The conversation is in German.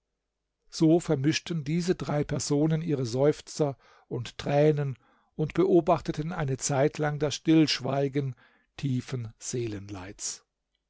so vermischten diese drei personen ihre seufzer und tränen und beobachteten eine zeitlang das stillschweigen tiefen